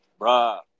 Bruh